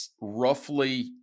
roughly